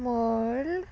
moral